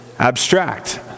abstract